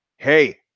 Hey